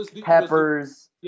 Peppers